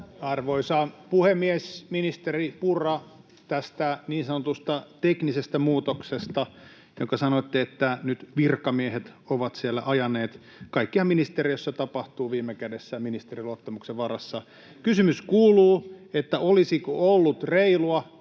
Arvoisa puhemies! Ministeri Purra, tästä niin sanotusta ”teknisestä” muutoksesta, josta sanoitte, että nyt virkamiehet ovat sitä siellä ajaneet: kaikkihan ministeriössä tapahtuu viime kädessä ministerin luottamuksen varassa. Kysymys kuuluu, olisiko ollut reilua